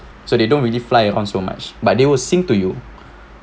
so they don't really fly on so much but they will sing to you